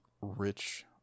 rich